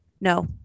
No